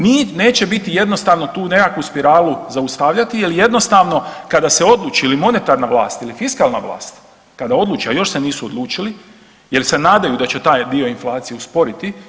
Neće biti jednostavno tu nekakvu spiralu zaustavljati, jer jednostavno kada se odluči ili monetarna vlast ili fiskalna vlast kada se odluči, a još se nisu odlučili jer se nadaju da će taj dio inflacije usporiti.